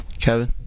Kevin